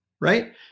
Right